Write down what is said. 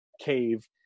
cave